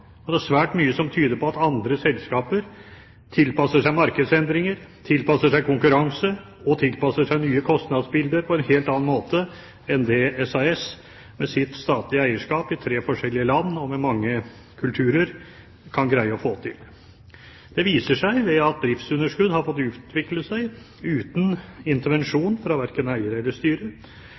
og det er svært mye som tyder på at andre selskaper tilpasser seg markedsendringer, tilpasser seg konkurranse og tilpasser seg nye kostnadsbilder på en helt annen måte enn det SAS – med sitt statlige eierskap i tre forskjellige land og med mange kulturer – kan greie å få til. Det viser seg ved at driftsunderskudd har fått utvikle seg uten intervensjon fra verken eier eller